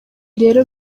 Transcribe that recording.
rero